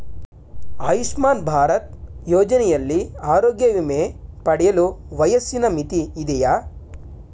ಆಯುಷ್ಮಾನ್ ಭಾರತ್ ಯೋಜನೆಯಲ್ಲಿ ಆರೋಗ್ಯ ವಿಮೆ ಪಡೆಯಲು ವಯಸ್ಸಿನ ಮಿತಿ ಇದೆಯಾ?